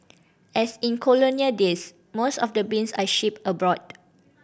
as in colonial days most of the beans are shipped abroad